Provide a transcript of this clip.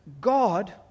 God